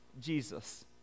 Jesus